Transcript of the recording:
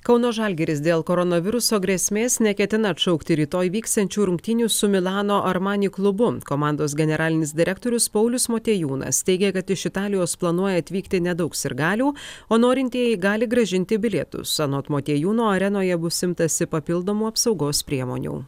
kauno žalgiris dėl koronaviruso grėsmės neketina atšaukti rytoj vyksiančių rungtynių su milano armani klubu komandos generalinis direktorius paulius motiejūnas teigė kad iš italijos planuoja atvykti nedaug sirgalių o norintieji gali grąžinti bilietus anot motiejūno arenoje bus imtasi papildomų apsaugos priemonių